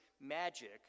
magic